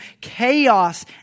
chaos